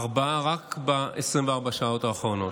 ארבעה רק ב-24 השעות האחרונות.